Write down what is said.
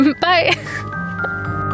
Bye